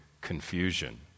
confusion